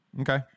Okay